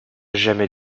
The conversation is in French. jamais